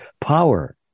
power